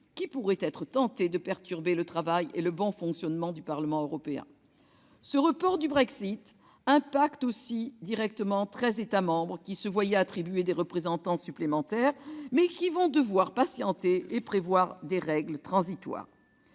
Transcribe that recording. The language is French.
qui pourraient être tentés de perturber le travail et le bon fonctionnement du Parlement européen. Ce report du Brexit emporte également des conséquences directes sur les treize États membres qui se voyaient attribuer des représentants supplémentaires, mais qui vont devoir patienter et prévoir des règles transitoires.